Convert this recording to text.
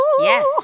Yes